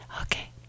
Okay